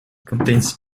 contains